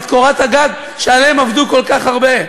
את קורת הגג שעליה עבדו כל כך הרבה,